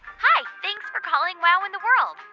hi. thanks for calling wow in the world.